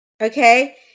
okay